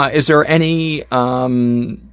ah is there any, um,